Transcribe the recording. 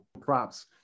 props